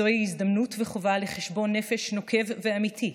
זוהי הזדמנות וחובה לחשבון נפש נוקב ואמיתי,